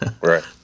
Right